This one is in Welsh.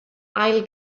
ail